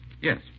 Yes